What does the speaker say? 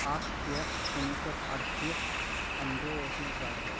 اَکھ شیےٚ کُنوُہ شیٚتھ اَرٕشیٖتھ اَمہِ دۄہ اوس مےٚ زا دۄہ